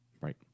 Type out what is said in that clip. Right